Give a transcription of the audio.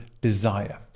desire